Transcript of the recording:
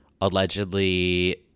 Allegedly